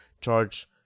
charge